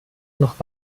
noch